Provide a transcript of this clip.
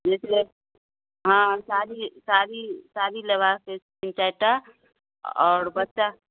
लेतियै हँ साड़ी साड़ी साड़ी लेबाक अछि तीन चारिटा आओर बच्चा